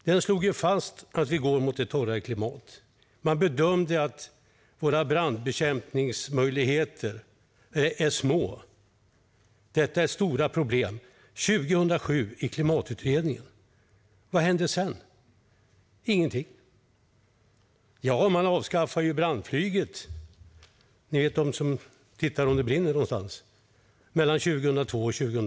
Den slog fast att vi går mot ett torrare klimat. Man bedömde att våra brandbekämpningsmöjligheter är små. Detta är stora problem som konstaterades 2007 i klimatutredningen. Vad hände sedan? Ingenting. Jo, man avskaffade brandflyget - ni vet, de som tittar om det brinner någonstans - mellan 2002 och 2007.